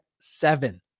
seven